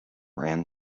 ran